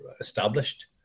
established